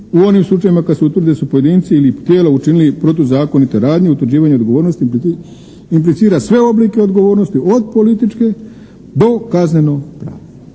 u onim slučajevima kada se utvrdi da su pojedinci ili tijela učinili protuzakonite radnje pri čemu utvrđivanje odgovornosti implicira sve vrste odgovornosti od političke do kaznenopravne.